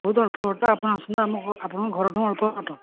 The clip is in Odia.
ବହୁତ ଅଳ୍ପ ବାଟ ଆପଣ ଆସନ୍ତୁ ଆମ ଘ ଆପଣଙ୍କ ଘରଠଉଁ ଅଳ୍ପ ବାଟ